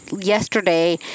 Yesterday